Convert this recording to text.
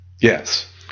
Yes